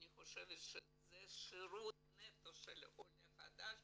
אני חושבת שזה שירות נטו לעולה החדש,